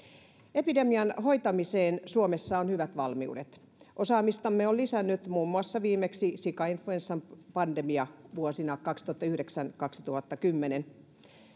epidemian hoitamiseen suomessa on hyvät valmiudet osaamistamme on lisännyt muun muassa viimeksi sikainfluenssan pandemia vuosina kaksituhattayhdeksän viiva kaksituhattakymmenen